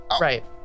Right